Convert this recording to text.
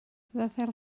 rhyfel